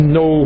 no